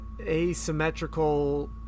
asymmetrical